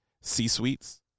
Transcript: C-suites